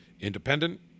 independent